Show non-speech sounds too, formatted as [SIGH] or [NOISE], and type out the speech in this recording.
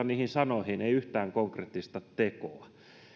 [UNINTELLIGIBLE] niihin sanoihin ei yhtään konkreettista tekoa